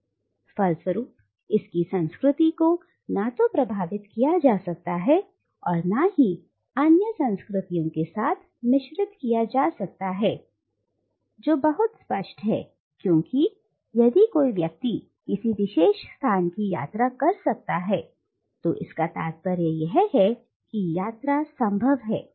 और फल स्वरुप इसकी संस्कृति को ना तो प्रभावित किया जा सकता है और ना ही अन्य संस्कृतियों के साथ मिश्रित किया जा सकता है जो बहुत स्पष्ट है क्योंकि यदि कोई व्यक्ति किसी विशेष स्थान की यात्रा कर सकता है इसका तात्पर्य यह है कि यात्रा संभव है